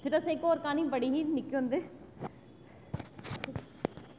असें इक्क क्हानी होर पढ़ी ही निक्के होंदे